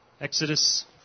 Exodus